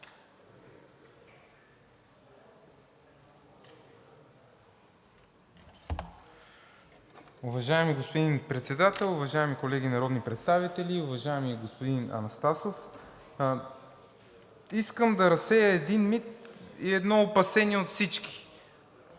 Уважаеми господин Председател, уважаеми колеги народни представители, уважаеми господин Анастасов! Искам да разсея един мит и едно опасение от всички.